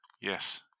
yes